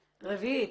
רביעית.